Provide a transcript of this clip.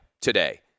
today